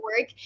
work